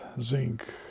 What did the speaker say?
zinc